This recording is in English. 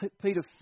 Peter